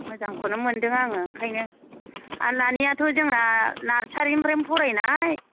मोजांखौनो मोनदों आङो ओंखायनो आर नानियाथ' जोंना नारसारिनिफ्रायनो फरायनाय